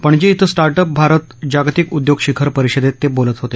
पणजी क्वें स्टार्टअप भारत जागतिक उद्योग शिखर परिषदेत ते बोलत होते